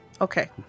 Okay